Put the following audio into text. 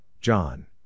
John